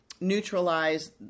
neutralize